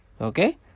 okay